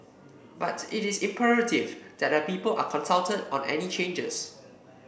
but it is imperative that the people are consulted on any changes